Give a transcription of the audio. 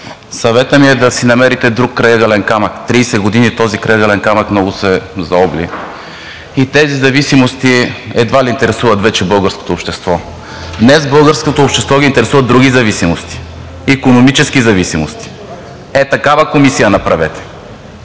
Съветът ми е да си намерите друг крайъгълен камък. Тридесет години този крайъгълен камък много се заобли и тези зависимости едва ли интересуват вече българското общество. Днес българското общество ги интересуват други зависимости – икономически зависимости. Ето такава комисия направете